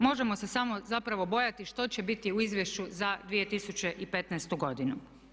Možemo se samo zapravo bojati što će biti u izvješću za 2015. godinu.